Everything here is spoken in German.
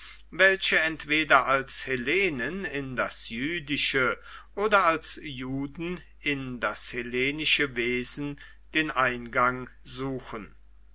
welche entweder als hellenen in das jüdische oder als juden in das hellenische wesen den eingang suchen